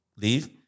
leave